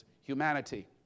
humanity